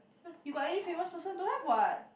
you got any famous person don't have what